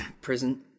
prison